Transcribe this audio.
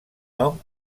nom